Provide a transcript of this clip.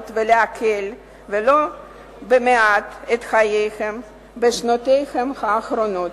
ולהקל ולו במעט על חייהם בשנותיהם האחרונות.